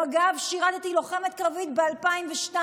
במג"ב שירתי כלוחמת קרבית ב-2002.